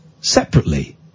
separately